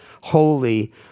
holy